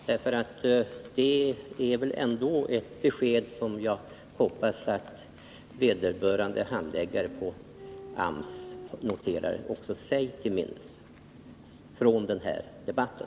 Herr talman! Det sista var bra. Det var ett besked som jag hoppas att också vederbörande handläggare på AMS noterar sig till minnes från den här debatten.